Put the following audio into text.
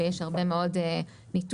ויש הרבה מאוד ניתוח.